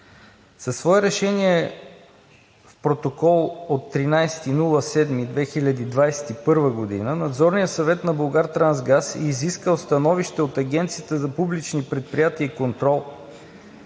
Със свое решение-протокол от 13 юли 2021 г. Надзорният съвет на „Булгартрансгаз“ е изискал становище от Агенцията за публични предприятия и контрол,